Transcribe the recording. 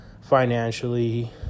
financially